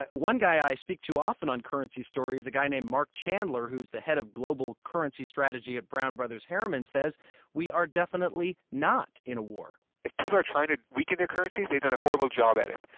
one guy i speak to often on currency stories, a guy named mark chandler, who's the head of global currency strategy at brown brothers harriman, says we are definitely not in a war if people are trying to weaken their currencies, they've done a horrible job at it.